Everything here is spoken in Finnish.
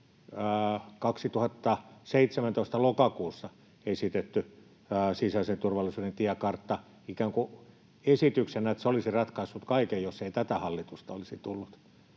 2017 lokakuussa esittämä sisäisen turvallisuuden tiekartta ikään kuin esityksenä, että se olisi ratkaissut kaiken, jos ei tätä hallitusta olisi tullut.